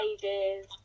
pages